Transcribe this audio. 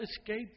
escaped